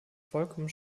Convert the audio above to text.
vollkommen